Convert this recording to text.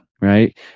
Right